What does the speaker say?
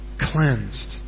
cleansed